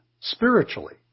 spiritually